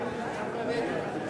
נתקבל.